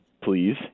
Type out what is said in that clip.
please